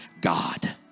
God